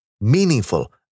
meaningful